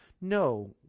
No